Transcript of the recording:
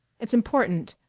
it's important.